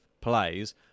plays